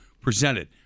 presented